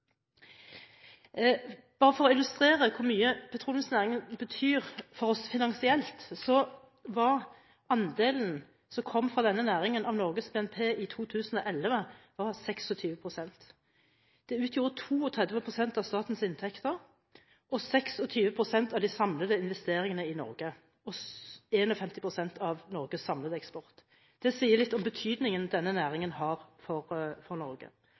Bare for å illustrere hvor mye petroleumsnæringen betyr for oss finansielt, var andelen som kom fra denne næringen av Norges BNP i 2011, 26 pst. Det utgjorde 32 pst. av statens inntekter, 26 pst. av de samlede investeringene i Norge og 51 pst. av Norges samlede eksport. Det sier litt om betydningen denne næringen har for Norge.